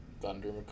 thunder